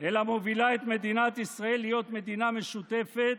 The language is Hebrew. אלא מובילה את מדינת ישראל להיות מדינה משותפת,